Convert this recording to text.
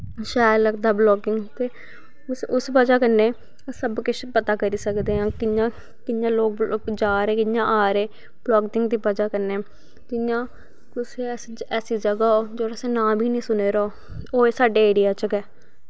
शैल लगदा बलॉगिंग ते उस बज़ह कन्नै सब किश पता करी सकदे आं कियां कियां लोग जा दे कियां आ दे बलॉगिंग दी बजह कन्नै कुसै ऐसी जगह होग जेह्दा असें नांऽ बी नी सुने दा होग ओह्बी साढ़े एरिया च गै